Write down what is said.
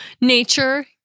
Nature